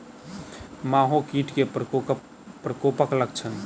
माहो कीट केँ प्रकोपक लक्षण?